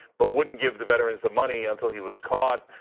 but wouldn't give the veterans the money until he was caught,